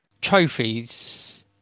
trophies